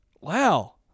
Wow